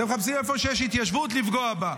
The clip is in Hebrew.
אתם מחפשים איפה שיש התיישבות, לפגוע בה.